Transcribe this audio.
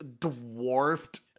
dwarfed